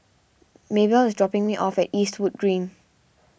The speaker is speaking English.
Maebell is dropping me off at Eastwood Green